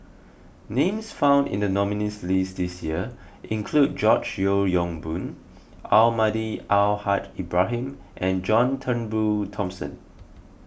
names found in the nominees' list this year include George Yeo Yong Boon Almahdi Al Haj Ibrahim and John Turnbull Thomson